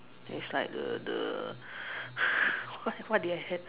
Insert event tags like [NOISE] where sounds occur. there is like the the [LAUGHS] what what did I have